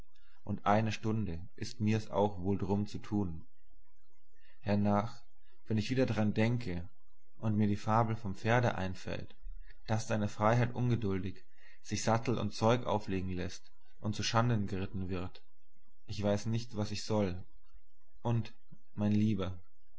und eine stunde ist mir's auch wohl drum zu tun hernach wenn ich wieder dran denke und mir die fabel vom pferde einfällt das seiner freiheit ungeduldig sich sattel und zeug auflegen läßt und zuschanden geritten wird ich weiß nicht was ich soll und mein lieber